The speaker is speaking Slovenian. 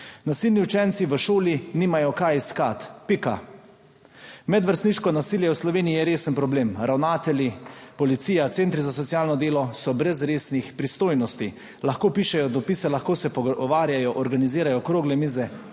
Nasilni učenci v šoli nimajo kaj iskati. Pika. Medvrstniško nasilje v Sloveniji je resen problem. Ravnatelji, policija, centri za socialno delo so brez resnih pristojnosti. Lahko pišejo dopise, lahko se pogovarjajo, organizirajo okrogle mize,